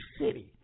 city